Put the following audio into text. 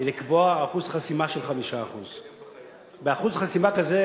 היא לקבוע אחוז חסימה של 5%. באחוז חסימה כזה,